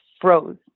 froze